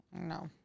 no